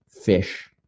fish